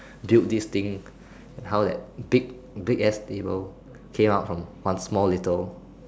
build this thing and how that big bigass table came out from one small little